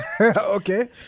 okay